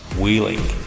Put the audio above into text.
wheeling